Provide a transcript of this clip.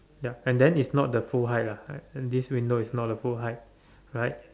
ya and then is not the full height lah and this window is not a full height right